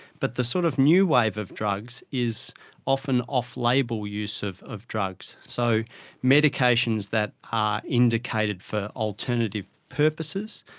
but the sort of new wave of drugs is often off-label use of of drugs, so medications that are indicated for alternative purposes,